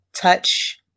touch